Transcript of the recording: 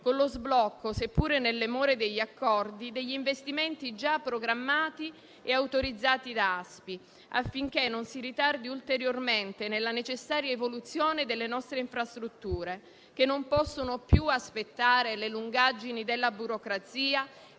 con lo sblocco, seppure nelle more degli accordi, degli investimenti già programmati e autorizzati da ASPI, affinché non si ritardi ulteriormente nella necessaria evoluzione delle nostre infrastrutture, che non possono più aspettare le lungaggini della burocrazia